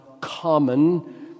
common